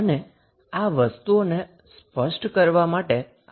અને આ વસ્તુઓને સ્પષ્ટ કરવા માટે આપણે 1 ઉદાહરણ પણ લઈશું